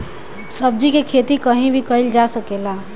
सब्जी के खेती कहीं भी कईल जा सकेला